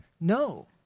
No